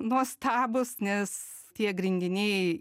nuostabūs nes tie grindiniai